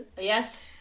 yes